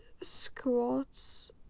squats